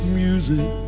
music